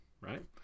right